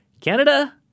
Canada